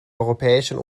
europäischen